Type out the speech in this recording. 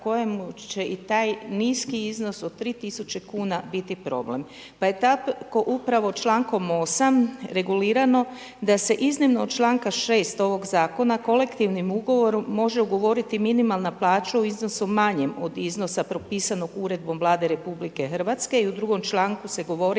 kojemu će i taj niski iznos od 3000 kuna biti problem pa je tako upravo člankom 8. regulirano da se iznimno od članka 6. ovog zakona kolektivnim ugovorom može ugovoriti minimalnu plaću u iznosu od iznosa propisanog Uredbom Vlade RH i u drugom članku se govori